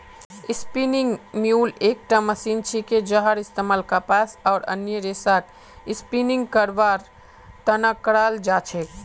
spinning mule एकटा machine छिके जहार इस्तमाल कपास आर अन्य रेशक स्पिन करवार त न कराल जा छेक